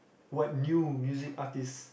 what new music artist